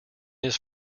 his